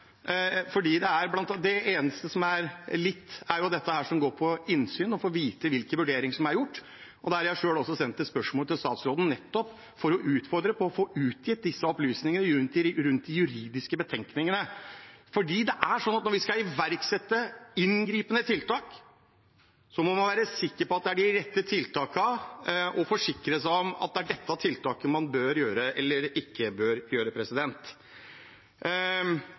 vite hvilke vurderinger som er gjort. Der har jeg også selv sendt et spørsmål til statsråden, nettopp for å utfordre på å få utgitt disse opplysningene, rundt de juridiske betenkningene. For når vi skal iverksette inngripende tiltak, må man være sikker på at det er de rette tiltakene og forsikre seg om at det er dette tiltaket man bør gjøre eller ikke bør gjøre.